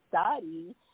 study